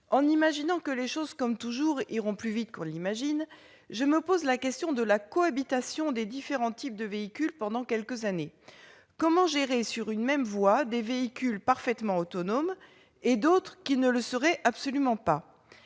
En imaginant que les choses, comme toujours, iront plus vite qu'on ne l'imagine, je me pose la question de la cohabitation des différents types de véhicules pendant quelques années. Comment gérer sur une même voie des véhicules parfaitement autonomes et d'autres qui ne le seraient absolument pas ?